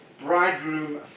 bridegroom